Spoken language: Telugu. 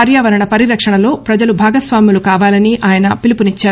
పర్యావరణ పరిరక్షణలో ప్రజలు భాగస్వాములు కావాలని ఆయన పిలుపునిచ్చారు